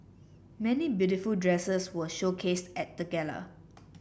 many beautiful dresses were showcased at the gala